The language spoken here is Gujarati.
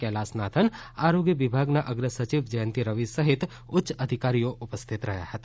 કૈલાસનાથન આરોગ્ય વિભાગના અગ્ર સચિવ જયંતી રવિ સહીત ઉચ્ય અધિકારીઓ ઉપસ્થિત રહ્યા હતા